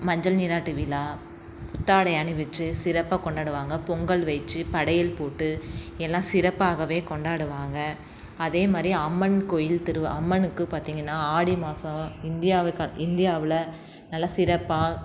மஞ்சள் நீராட்டு விழா புத்தாடை அணிவிச்சு சிறப்பாக கொண்டாடுவாங்க பொங்கல் வைச்சு படையல் போட்டு எல்லா சிறப்பாகவே கொண்டாடுவாங்க அதே மாதிரி அம்மன் கோயில் திருவ அம்மனுக்குப் பார்த்தீங்கன்னா ஆடி மாதம் இந்தியாவுக்கு இந்தியாவில் நல்ல சிறப்பாக